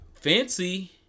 Fancy